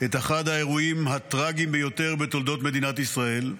את אחד האירועים הטרגיים ביותר בתולדות מדינת ישראל,